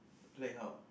like how